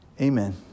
Amen